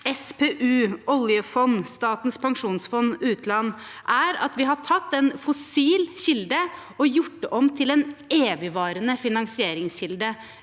– oljefondet, Statens pensjonsfond utland – er at vi har tatt en fossil kilde og gjort den om til en evigvarende finansieringskilde